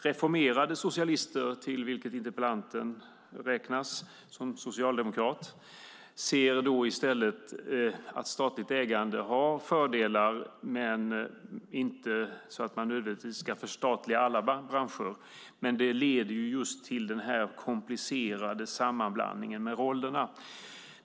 Reformerade socialister, till vilka interpellanten räknas som socialdemokrat, ser i stället att statligt ägande har fördelar men inte så att man nödvändigtvis ska förstatliga alla branscher. Men det leder just till den komplicerade sammanblandningen av roller.